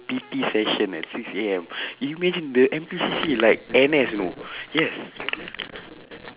P_T session eh six A_M you imagine the N_P_C_C like N_S you know yes